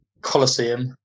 Colosseum